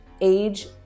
age